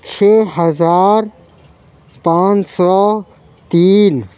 چھ ہزار پانچ سو تین